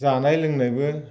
जानाय लोंनायबो